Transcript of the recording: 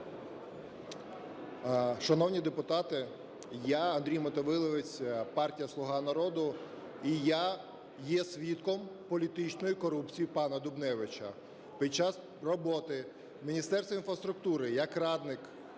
Шановні депутати, я Андрій Мотовиловець, партія "Слуга народу", і я є свідком політичної корупції пана Дубневича. Під час роботи в Міністерстві інфраструктури як радник